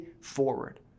forward